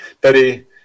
Betty